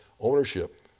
ownership